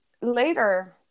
later